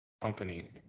company